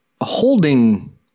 holding